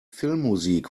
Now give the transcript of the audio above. filmmusik